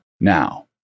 now